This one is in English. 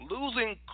losing